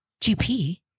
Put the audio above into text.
GP